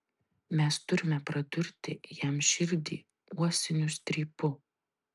mes turime pradurti jam širdį uosiniu strypu